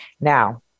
Now